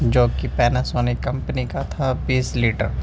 جوکہ Panasonic company کا تھا بیس لیٹر